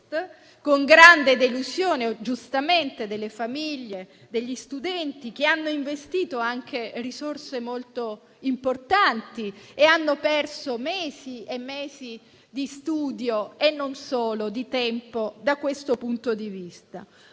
con grande delusione delle famiglie e degli studenti, che hanno investito risorse molto importanti e hanno perso mesi e mesi di studio e non solo di tempo, da questo punto di vista.